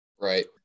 right